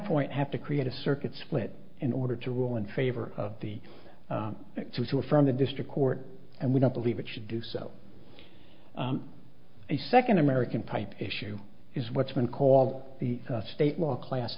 point have to create a circuit split in order to rule in favor of the victims who are from the district court and we don't believe it should do so the second american pipe issue is what's been called the state law a class